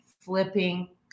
flipping